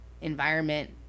environment